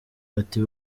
ati